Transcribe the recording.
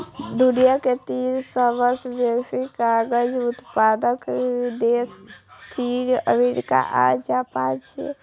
दुनिया के तीन सबसं बेसी कागज उत्पादक देश चीन, अमेरिका आ जापान छियै